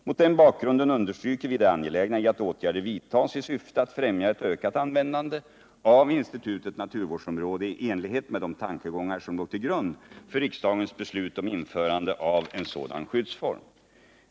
Mot den bakgrunden understryker vi det angelägna i att åtgärder vidtas i syfte att främja ett ökat användande av institutet naturvårdsområde i enlighet med de tankegångar som låg till grund för riksdagens beslut om införande av en sådan skyddsform.